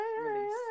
release